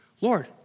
Lord